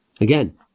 Again